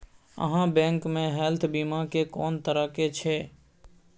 आहाँ बैंक मे हेल्थ बीमा के कोन तरह के छै?